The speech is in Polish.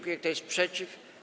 Kto jest przeciw?